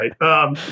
right